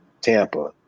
Tampa